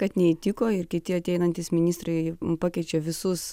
kad neįtiko ir kiti ateinantys ministrai pakeičiau visus